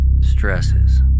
stresses